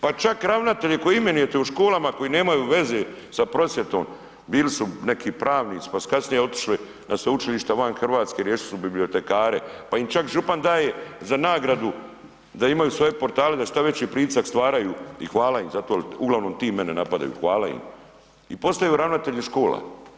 Pa čak ravnatelje koje imenujete u školama koji nemaju veze sa prosvjetom, bili su neki pravnici pa su kasnije otišli na sveučilišta van Hrvatske, riješili su bibliotekare, pa im čak župan daje za nagradu da imaju svoje portale da šta veći pritisak stvaraju i hvala im za to, uglavnom ti mene napadaju, hvala im i postaju ravnatelji škola.